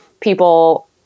people